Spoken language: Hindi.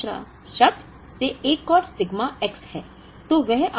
यह 2nd शब्द से एक और सिग्मा X है